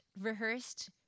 rehearsed